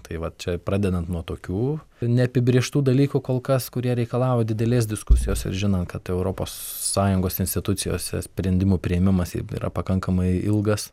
tai vat čia pradedant nuo tokių neapibrėžtų dalykų kol kas kurie reikalauja didelės diskusijos ir žinant kad europos sąjungos institucijose sprendimų priėmimas yra pakankamai ilgas